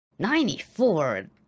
94